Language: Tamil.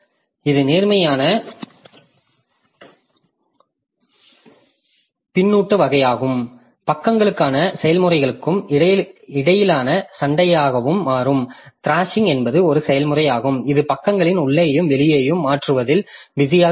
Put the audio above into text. இது நேர்மறையான பின்னூட்ட வகையாகவும் பக்கங்களுக்கான செயல்முறைகளுக்கு இடையிலான சண்டையாகவும் மாறும் த்ராஷிங் என்பது ஒரு செயல்முறையாகும் இது பக்கங்களை உள்ளேயும் வெளியேயும் மாற்றுவதில் பிஸியாக இருக்கிறது